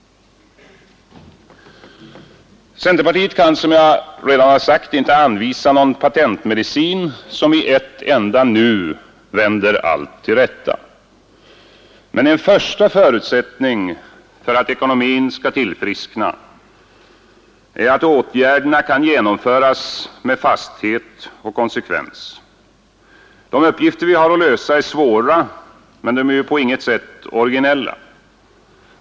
Centerpartiet kan, som jag redan har sagt, inte anvisa någon patentmedicin som i ett enda nu vänder allt till rätta. Men en första förutsättning för att ekonomin skall tillfriskna är att åtgärderna kan genomföras med fasthet och konsekvens. De uppgifter vi har att lösa är svåra men på inget sätt originella.